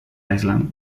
island